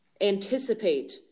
anticipate